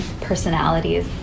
personalities